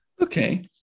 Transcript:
Okay